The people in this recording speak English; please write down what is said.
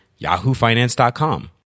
yahoofinance.com